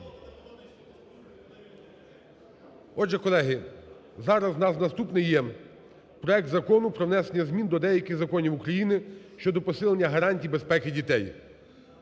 Отже, колеги, зараз у нас наступний є проект Закону про внесення змін до деяких законів України щодо посилення гарантій безпеки дітей